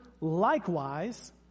likewise